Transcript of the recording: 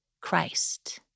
Christ